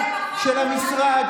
מנשים בזנות,